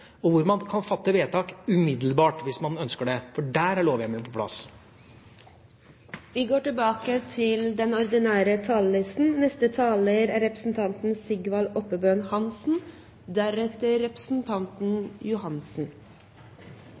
man fatte vedtak umiddelbart hvis man ønsker det, for der er lovhjemmelen på plass.